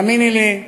תאמיני לי,